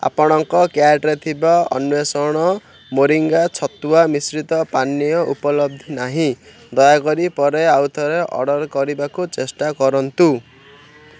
ଆପଣଙ୍କ କାର୍ଟରେ ଥିବା ଅନ୍ଵେଷଣ ମୋରିଙ୍ଗା ଛତୁଆ ମିଶ୍ରିତ ପାନୀୟ ଉପଲବ୍ଧି ନାହିଁ ଦୟାକରି ପରେ ଆଉ ଥରେ ଅର୍ଡ଼ର୍ କରିବାକୁ ଚେଷ୍ଟା କରନ୍ତୁ